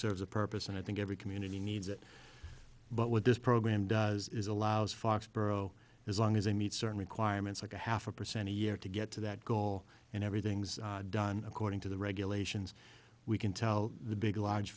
serves a purpose and i think every community needs it but what this program does is allows foxborough as long as they meet certain requirements like a half a percent a year to get to that goal and everything's done according to the regulations we can tell the big large